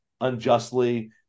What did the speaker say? unjustly